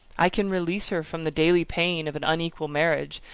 i can release her from the daily pain of an unequal marriage,